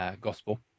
gospel